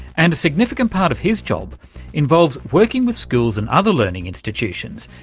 and a significant part of his job involves working with schools and other learning institutions,